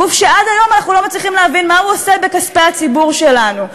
גוף שעד היום אנחנו לא מצליחים להבין מה הוא עושה בכספי הציבור שלנו,